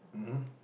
mmhmm